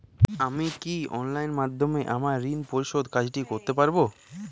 আমি কি অনলাইন মাধ্যমে আমার ঋণ পরিশোধের কাজটি করতে পারব?